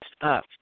up